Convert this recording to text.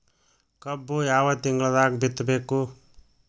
ಕಬ್ಬು ಯಾವ ತಿಂಗಳದಾಗ ಬಿತ್ತಬೇಕು?